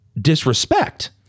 disrespect